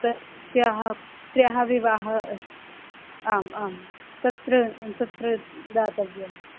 तस्याः पुत्र्याः विवाहः अस्ति आम् आम् तत्र तत्र दातव्यं